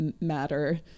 matter